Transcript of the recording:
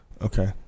okay